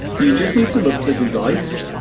you just need to look for device,